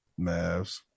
Mavs